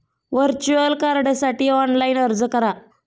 virtual कार्डसाठी online अर्ज करा